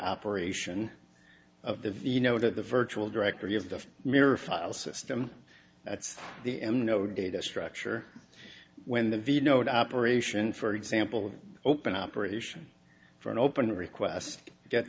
peroration of the you know that the virtual directory of the mirror file system that's the m no data structure when the v no doubt operation for example open operation for an open request get